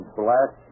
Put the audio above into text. black